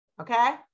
Okay